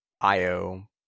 IO